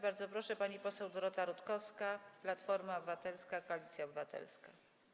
Bardzo proszę, pani poseł Dorota Rutkowska, Platforma Obywatelska - Koalicja Obywatelska.